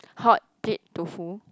hotplate tofu